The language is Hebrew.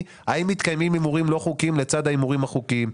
האם מתקיימים הימורים לא חוקיים לצד ההימורים החוקיים.